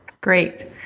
Great